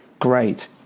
Great